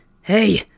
Hey